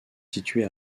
située